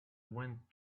went